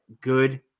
good